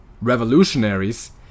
revolutionaries